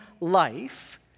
life